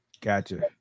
gotcha